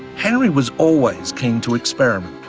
henry was always keen to experiment.